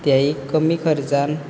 तेंय कमी खर्चान